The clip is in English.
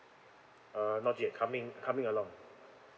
uh not yet coming coming along